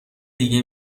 دیگه